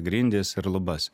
grindis ir lubas